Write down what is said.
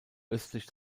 östlich